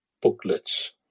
booklets